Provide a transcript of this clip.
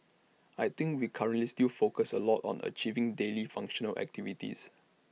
I think we currently still focus A lot on achieving daily functional activities